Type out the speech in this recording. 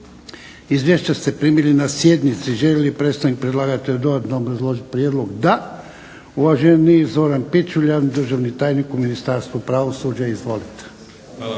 Izvješća ste primili na sjednici. Želi li predstavnik predlagatelja dodatno obrazložit prijedlog? Da. Uvaženi Zoran Pičuljan, državni tajnik u Ministarstvu pravosuđa. Izvolite.